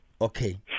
Okay